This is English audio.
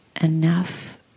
enough